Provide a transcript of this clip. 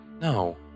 No